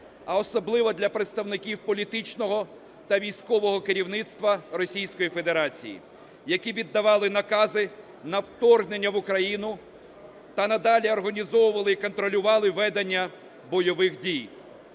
а особливо для представників політичного та військового керівництва Російської Федерації, які віддавали накази на вторгнення в Україну та надалі організовували і контролювали ведення бойових дій.